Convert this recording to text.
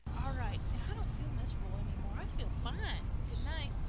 all right. say, i don't feel mis'rubul any more. i feel fine. good night.